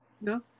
no